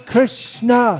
Krishna